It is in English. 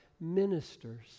ministers